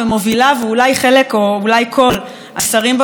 ואולי חלק או אולי כל השרים בממשלה,